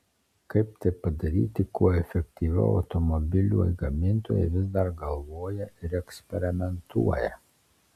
kaip tai padaryti kuo efektyviau automobilių gamintojai vis dar galvoja ir eksperimentuoja